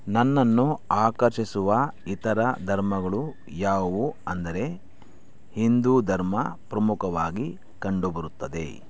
ನನ್ನನ್ನು ಆಕರ್ಷಿಸುವ ಇತರ ಧರ್ಮಗಳು ಯಾವುವು ಅಂದರೆ ಹಿಂದೂ ಧರ್ಮ ಪ್ರಮುಖವಾಗಿ ಕಂಡುಬರುತ್ತದೆ